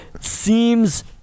seems